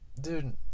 Dude